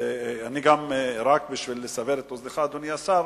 אדוני השר,